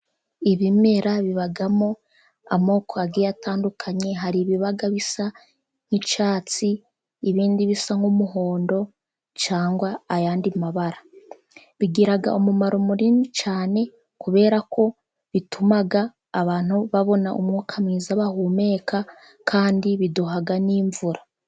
Ibimera bibamo amoko agiye atandukanye, hari ibiba bisa nk'icyatsi, ibindi bisa nk'umuhondo, cyangwa andi mabara. Bigira umumaro munini cyane, kubera ko bituma abantu babona umwuka mwiza bahumeka, kandi biduha n'imvura.